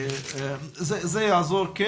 זה יעזור כן,